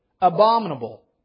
abominable